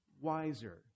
wiser